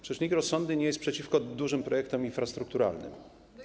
Przecież nikt rozsądny nie jest przeciwko dużym projektom infrastrukturalnym.